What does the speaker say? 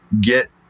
get